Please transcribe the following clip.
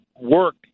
work